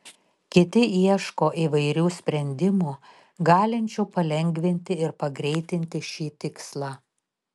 kiti ieško įvairių sprendimų galinčių palengvinti ir pagreitinti šį tikslą